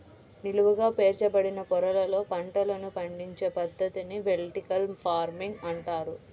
నిలువుగా పేర్చబడిన పొరలలో పంటలను పండించే పద్ధతిని వెర్టికల్ ఫార్మింగ్ అంటారు